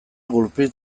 gurpil